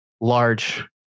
large